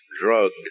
Drugged